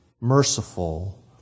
merciful